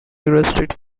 restricts